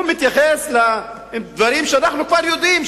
הוא מתייחס לדברים שאנחנו כבר יודעים,